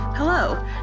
Hello